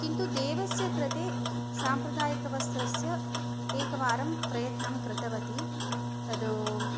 किन्तु देवस्य कृते साम्प्रदायिकवस्त्रस्य एकवारं प्रयत्नं कृतवती तद्